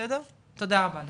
תודה רבה לך.